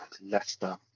Leicester